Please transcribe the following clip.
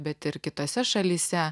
bet ir kitose šalyse